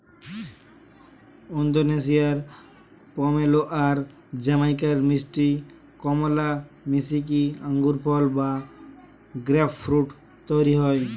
ওন্দোনেশিয়ার pomelo আর জামাইকার মিষ্টি কমলা মিশিকি আঙ্গুরফল বা গ্রেপফ্রূট তইরি হয়